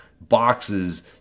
boxes